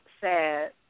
sad